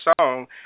song